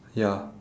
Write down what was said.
ya